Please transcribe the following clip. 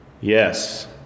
Yes